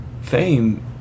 fame